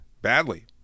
Badly